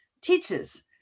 teaches